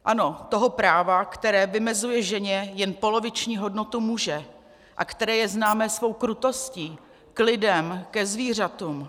Ano, toho práva, které vymezuje ženě jen poloviční hodnotu muže a které je známé svou krutostí k lidem, ke zvířatům.